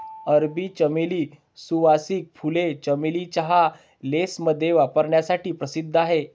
अरबी चमेली, सुवासिक फुले, चमेली चहा, लेसमध्ये वापरण्यासाठी प्रसिद्ध आहेत